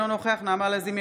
אינו נוכח נעמה לזימי,